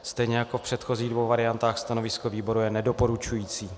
Stejně jako v předchozích dvou variantách stanovisko výboru je nedoporučující.